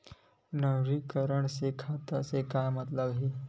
नवीनीकरण से खाता से का मतलब हे?